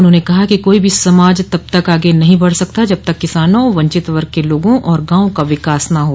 उन्होंने कहा कि कोई भी समाज तब तक आगे नहीं बढ़ सकता जब तक किसानों वंचित वर्ग के लोगों और गांवों का विकास न हो